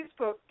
Facebook